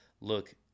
look